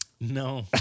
No